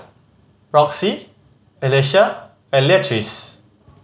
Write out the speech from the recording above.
Roxie Alesia and Leatrice